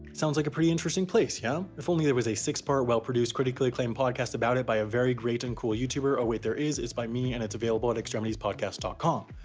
sounds like a pretty interesting place, yeah? if only there was a six-part, well-produced, critically-acclaimed podcast about it by a very great and cool youtuber, oh wait there is, it's by me, and it's available at extremitiespodcast ah com.